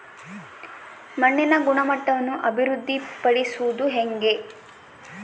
ಮಣ್ಣಿನ ಗುಣಮಟ್ಟವನ್ನು ಅಭಿವೃದ್ಧಿ ಪಡಿಸದು ಹೆಂಗೆ?